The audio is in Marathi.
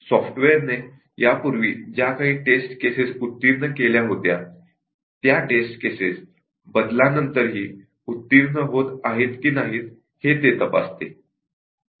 सॉफ्टवेअरने यापूर्वी ज्या काही टेस्ट केसेस पास केल्या होत्या त्या टेस्ट केसेस बदलानंतरही पास होत आहेत की नाही हे ते तपासते